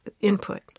input